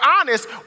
honest